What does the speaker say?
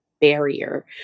barrier